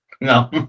No